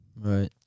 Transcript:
right